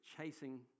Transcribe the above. chasing